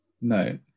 No